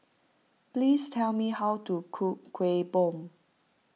please tell me how to cook Kueh Bom